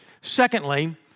Secondly